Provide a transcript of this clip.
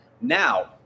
Now